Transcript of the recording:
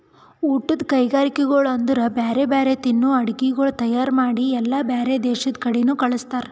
ಊಟದ್ ಕೈಗರಿಕೆಗೊಳ್ ಅಂದುರ್ ಬ್ಯಾರೆ ಬ್ಯಾರೆ ತಿನ್ನುವ ಅಡುಗಿಗೊಳ್ ತೈಯಾರ್ ಮಾಡಿ ಎಲ್ಲಾ ಬ್ಯಾರೆ ದೇಶದ ಕಡಿನು ಕಳುಸ್ತಾರ್